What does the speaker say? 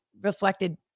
reflected